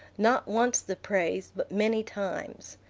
not once the praise, but many times.